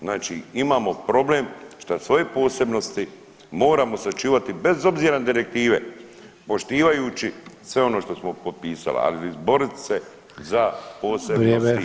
Znači imamo problem što svoje posebnosti moramo sačuvati bez obzira na direktive poštivajući sve ono što smo potpisali, a i izborit se [[Upadica Sanader: Vrijeme.]] za posebnosti.